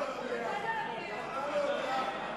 זה יושב-ראש הקואליציה לא יודע?